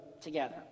together